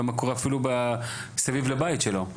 ומה קורה אפילו סביב לבית שלו,